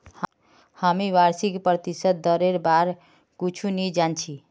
हामी वार्षिक प्रतिशत दरेर बार कुछु नी जान छि